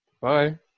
bye